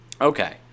Okay